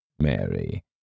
Mary